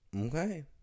okay